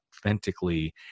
authentically